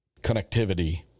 connectivity